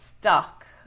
stuck